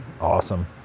Awesome